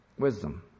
wisdom